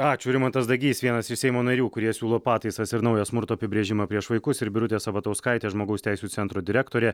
ačiū rimantas dagys vienas iš seimo narių kurie siūlo pataisas ir naujo smurto apibrėžimą prieš vaikus ir birutė sabatauskaitė žmogaus teisių centro direktorė